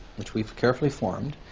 which we've carefully formed,